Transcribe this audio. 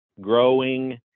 growing